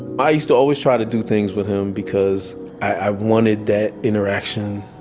i used to always try to do things with him because i wanted that interaction,